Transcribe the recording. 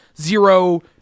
zero